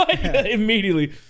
Immediately